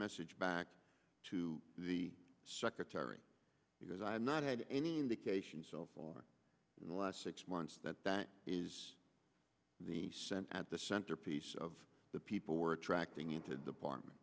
message back to the secretary because i have not had any indication so far in the last six months that that is the sense at the centerpiece of the people we're attracting into department